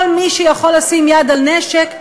כל מי שיכול לשים יד על נשק,